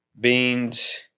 beans